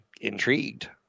intrigued